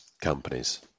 companies